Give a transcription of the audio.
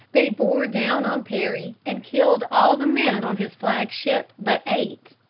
they bore down on perry and killed all the men on his flag-ship but eight.